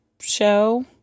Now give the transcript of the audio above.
show